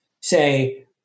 say